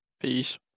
Peace